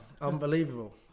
Unbelievable